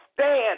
stand